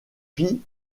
pie